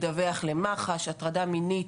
וביניהן הטרדה מינית.